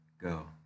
Go